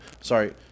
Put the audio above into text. sorry